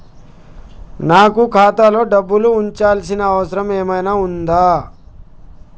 నాకు ఖాతాలో డబ్బులు ఉంచాల్సిన అవసరం ఏమన్నా ఉందా?